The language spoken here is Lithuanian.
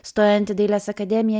stojant į dailės akademiją